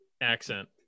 accent